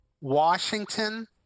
Washington